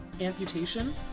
amputation